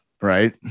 right